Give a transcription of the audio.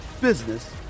business